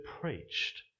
preached